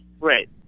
Right